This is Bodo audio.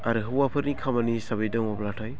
आरो हौवाफोरनि खामानि हिसाबै दङब्लाथाय